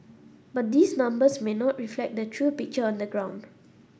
but these numbers may not reflect the true picture on the ground